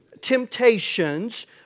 Temptations